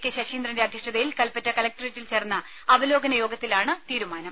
K ശശീന്ദ്രന്റെ അധ്യക്ഷതയിൽ കൽപ്പറ്റ കലക്ടറേറ്റിൽ ചേർന്ന അവലോകന യോഗത്തിലാണ് തീരുമാനം